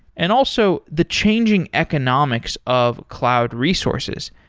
and also the changing economics of cloud resources.